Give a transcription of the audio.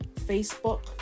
facebook